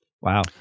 wow